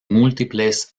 múltiples